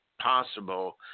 possible